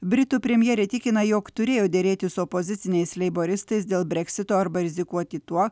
britų premjerė tikina jog turėjo derėtis su opoziciniais leiboristais dėl breksito arba rizikuoti tuo